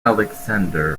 aleksandr